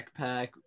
backpack